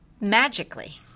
magically